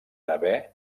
haver